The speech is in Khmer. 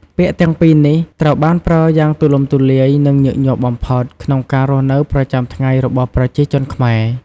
ពាក្យទាំងពីរនេះត្រូវបានប្រើយ៉ាងទូលំទូលាយ និងញឹកញាប់បំផុតក្នុងការរស់នៅប្រចាំថ្ងៃរបស់ប្រជាជនខ្មែរ